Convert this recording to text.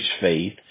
faith